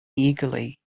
eagerly